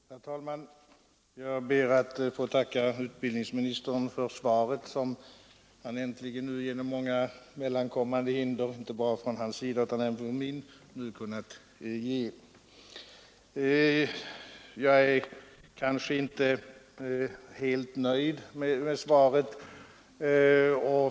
Herr talman! Jag ber att få tacka utbildningsministern för svaret, som han äntligen efter många mellankommande hinder — inte bara från hans sida utan även från min — nu kunnat ge. Jag är inte helt nöjd med svaret.